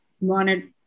wanted